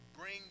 bring